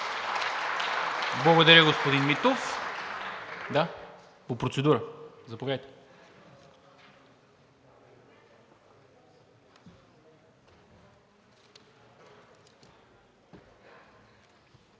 Благодаря, господин Митов.